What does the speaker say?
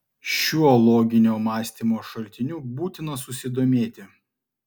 šiuo loginio mąstymo šaltiniu būtina susidomėti